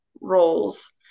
roles